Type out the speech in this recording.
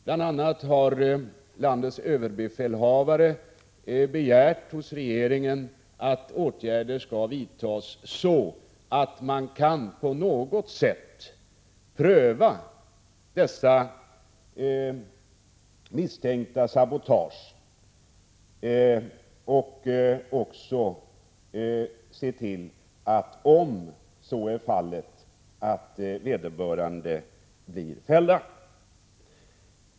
Bl.a. har landets överbefälhavare begärt hos regeringen att åtgärder skall vidtas, så att man på något sätt kan pröva det misstänkta spioneriet, och om misstankarna är riktiga att man även skall se till att vederbörande blir fällda.